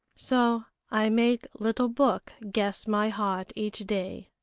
so i make little book guess my heart each day.